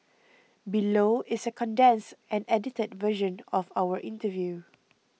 below is a condensed and edited version of our interview